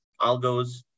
algos